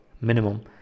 minimum